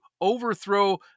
overthrow